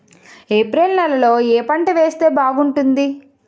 April నెలలో ఏ పంట వేస్తే బాగుంటుంది?